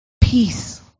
peace